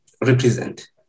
represent